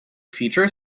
feature